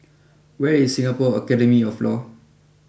where is Singapore Academy of Law